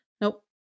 Nope